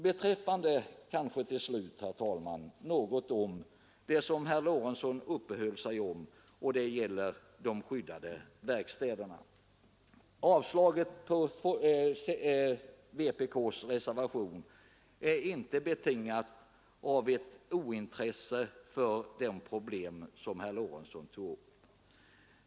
Jag vill till slut, herr talman, något gå in på det ämne som herr Lorentzon uppehöll sig vid, nämligen de skyddade verkstäderna. Avstyrkandet av vpk:s reservation är inte betingat av ett ointresse för det problem som herr Lorentzon tog upp.